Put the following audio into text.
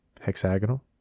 Hexagonal